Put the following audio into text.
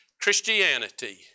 Christianity